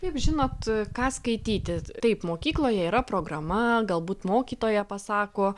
kaip žinot ką skaityti taip mokykloje yra programa galbūt mokytoja pasako